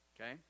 Okay